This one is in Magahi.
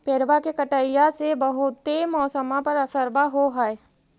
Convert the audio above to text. पेड़बा के कटईया से से बहुते मौसमा पर असरबा हो है?